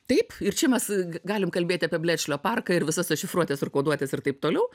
taip ir čia mes g galim kalbėti apie blečlio parką ir visas tas šifruotes ir koduotes ir taip toliau